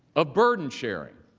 of burden sharing.